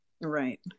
Right